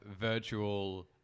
virtual